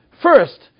first